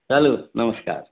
चलू नमस्कार